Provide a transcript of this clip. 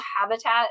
habitat